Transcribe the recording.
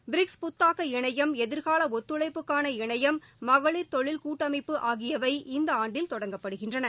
BRICS புத்தாக்க இணையம் எதிர்கால ஒத்துழைப்புக்கான இணையம் மகளிர் தொழில் கூட்டமைப்பு ஆகியவை இந்த ஆண்டில் தொடங்கப்படுகின்றன